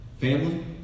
family